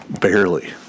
Barely